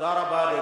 תודה רבה.